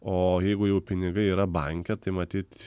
o jeigu jau pinigai yra banke tai matyt